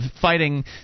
fighting